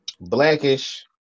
Blackish